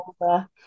over